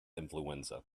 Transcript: influenza